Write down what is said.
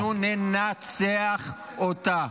ואנחנו ננצח בה.